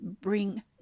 Bring